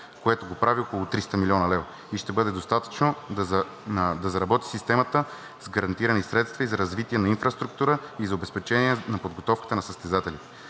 което прави около 300 млн. лв., и ще бъде достатъчно, за да заработи системата с гарантирани средства за развитие на инфраструктура и за обезпечение на подготовката на състезателите.